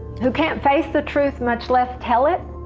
who can't face the truth much less tell it.